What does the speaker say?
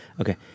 okay